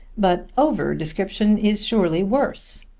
but over-description is surely worse.